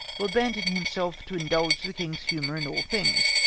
who abandoned himself to indulge the king's humour in all things.